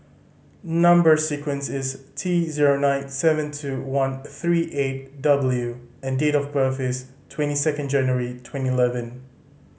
number sequence is T zero nine seven two one three eight W and date of birth is twenty second January twenty eleven